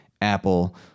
Apple